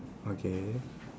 okay